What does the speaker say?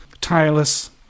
Tireless